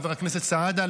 חבר הכנסת סעדה,